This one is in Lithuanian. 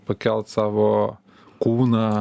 pakelt savo kūną